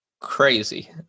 Crazy